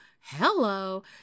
hello